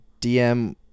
DM